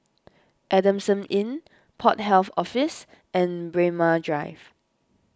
Adamson Inn Port Health Office and Braemar Drive